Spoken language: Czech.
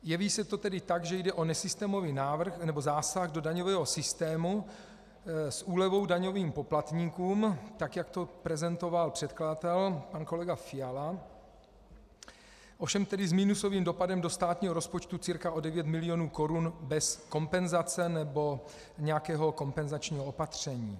Jeví se to tedy tak, že jde o nesystémový zásah do daňového systému s úlevou daňovým poplatníkům, tak jak to prezentoval předkladatel pan kolega Fiala, ovšem tedy s minusovým dopadem do státního rozpočtu cca o 9 mld. korun bez kompenzace nebo nějakého kompenzačního opatření.